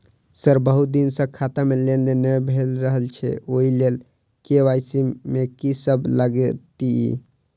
Sir बहुत दिन सऽ खाता मे लेनदेन नै भऽ रहल छैय ओई लेल के.वाई.सी मे की सब लागति ई?